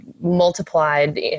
multiplied